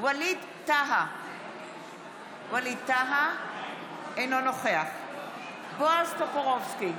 ווליד טאהא, אינו נוכח בועז טופורובסקי,